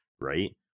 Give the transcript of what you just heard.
Right